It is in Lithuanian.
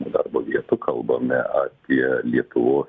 darbo vietų kalbame apie lietuvos